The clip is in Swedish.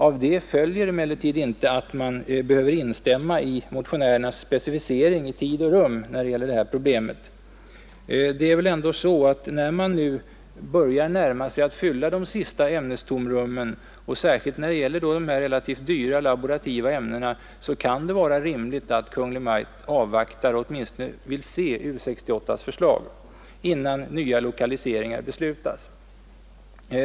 Av detta följer emellertid inte att man behöver instämma i motionärernas specificering i tid och rum. När man nu börjar närma sig att fylla de sista ämnestomrummen, och särskilt då detta gäller de relativt dyra laborativa ämnena, kan det vara rimligt att Kungl. Maj:t avvaktar och åtminstone vill se U 68:s förslag, innan nya lokaliseringar beslutas.